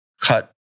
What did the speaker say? cut